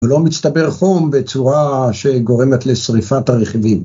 ‫ולא מצטבר חום בצורה ‫שגורמת לשריפת הרכיבים.